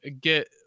get